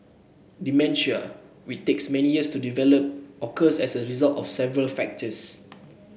dementia which takes many years to develop occurs as a result of several factors